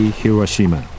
Hiroshima